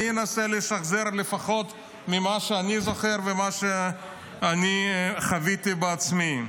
אני אנסה לשחזר לפחות ממה שאני זוכר ומה שאני חוויתי בעצמי.